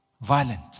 Violent